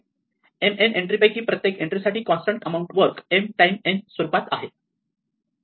m n entry पैकी प्रत्येक entry साठी constant amount work m time n स्वरूपात आहे